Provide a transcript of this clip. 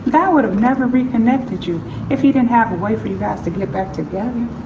god would of never reconnected you if he didn't have a way for you guys to get back together.